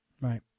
Right